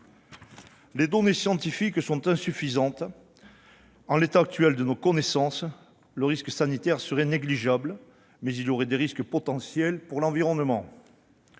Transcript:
Les données scientifiques sont insuffisantes. En l'état actuel de nos connaissances, le risque sanitaire serait « négligeable », mais il y aurait des risques « potentiels » pour l'environnement.